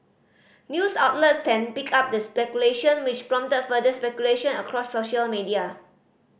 news outlets then picked up the speculation which prompted further speculation across social media